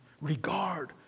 regard